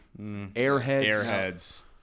Airheads